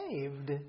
saved